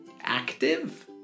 active